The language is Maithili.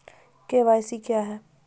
के.वाई.सी क्या हैं?